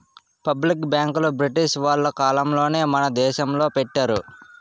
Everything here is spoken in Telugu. పబ్లిక్ బ్యాంకులు బ్రిటిష్ వాళ్ళ కాలంలోనే మన దేశంలో పెట్టారు